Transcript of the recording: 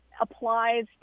applies